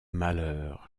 malheur